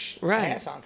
right